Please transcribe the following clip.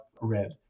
red